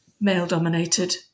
male-dominated